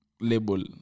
label